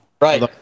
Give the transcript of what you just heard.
Right